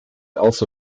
also